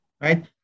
right